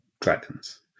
dragons